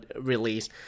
release